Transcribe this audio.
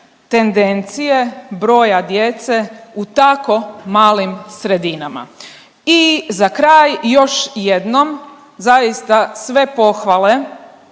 tendencije broja djece u tako malim sredinama. I za kraj, još jednom, zaista sve pohvale